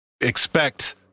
expect